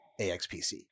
AXPC